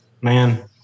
man